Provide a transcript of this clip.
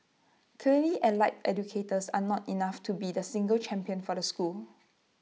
clearly allied educators are not enough to be the single champion for the school